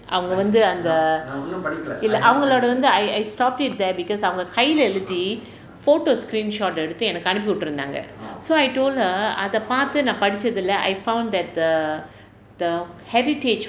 அவங்க வந்து அந்த இல்லை அவங்களோட:avanga vanthu antha illai avangaloda I I stopped it there because அவங்க கையில எழுதி:avanga kayila eluthi photo screenshot எடுத்து எனக்கு அனுப்பிட்டுருந்தாங்க:eduthu enakku anuppitturunthaanga so I told her அதை பார்த்து நான் படிச்சது இல்லை:athai paarthu naan padichathu illai I found that the the heritage